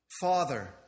Father